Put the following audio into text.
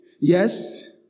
Yes